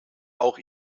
auch